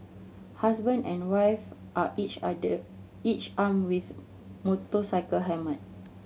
husband and wife are each each armed with motorcycle helmet